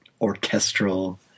orchestral